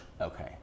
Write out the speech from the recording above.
Okay